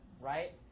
right